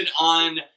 on